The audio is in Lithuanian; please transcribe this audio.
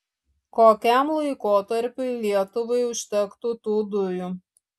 kokiam laikotarpiui lietuvai užtektų tų dujų